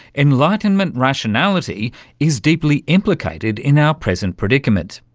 enlightenment rationality is deeply implicated in our present predicament,